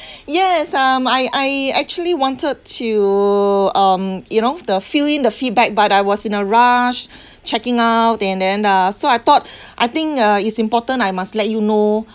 yes um I I actually wanted to um you know the fill in the feedback but I was in a rush checking out and then uh so I thought I think uh it's important I must let you know